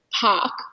park